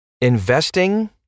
Investing